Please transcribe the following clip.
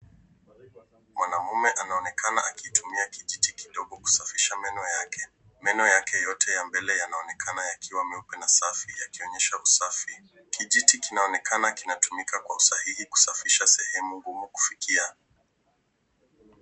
Mwanaume anaonekana akitumia kijiti kidogo kusafisha meno yake. Meno yake yote ya mbele yanaonekana yakiwa meupe na safi yakionyesha usafi. Kijiti kinaonekana kinatumika kwa usahihi kusafisha sehemu ngumu kufikia.